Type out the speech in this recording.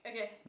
Okay